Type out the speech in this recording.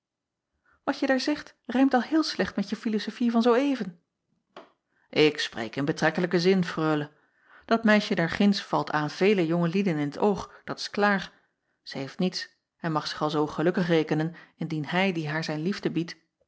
at je daar zegt rijmt al heel slecht met je filosofie van zoo even k spreek in betrekkelijken zin reule at meisje daar ginds valt aan vele jonge lieden in t oog dat is klaar ij heeft niets en mag zich alzoo gelukkig rekenen indien hij die haar zijn liefde biedt